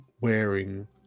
wearing